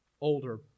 older